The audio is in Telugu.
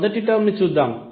మొదటి టర్మ్ ని చూద్దాం